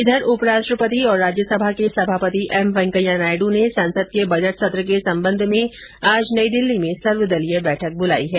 इधर उपराष्ट्रपति और राज्यसभा के सभापति एम वेंकैया नायडू ने संसद के बजट सत्र के संबंध में आज नई दिल्ली में सर्वदलीय बैठक बुलाई है